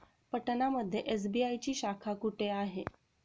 पटना मध्ये एस.बी.आय ची शाखा कुठे आहे?